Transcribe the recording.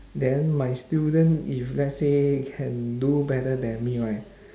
then my student if let's say can do better than me right